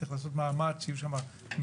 צריך לעשות מאמץ שיהיו שם מג"ב,